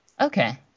Okay